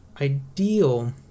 ideal